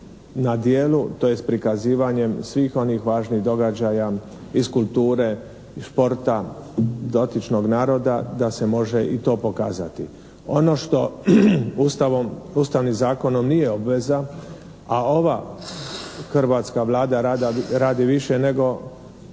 na djelu, tj. prikazivanjem svih onih važnih događaja iz kulture, športa dotičnog naroda da se može i to pokazati. Ono što ustavnim zakonom nije obveza, a ova hrvatska Vlada radi više nego